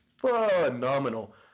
Phenomenal